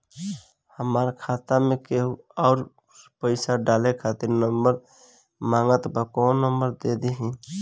हमार खाता मे केहु आउर पैसा डाले खातिर नंबर मांगत् बा कौन नंबर दे दिही?